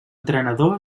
entrenador